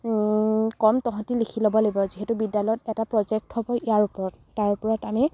ক'ম তহঁতি লিখি ল'ব লাগিব যিহেতু বিদ্যালয়ত এটা প্ৰজেক্ট হ'ব ইয়াৰ ওপৰত তাৰ ওপৰত আমি